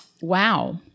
Wow